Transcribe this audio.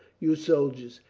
you soldiers.